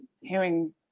hearing